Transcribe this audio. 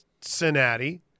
Cincinnati